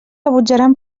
rebutjaran